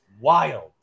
wild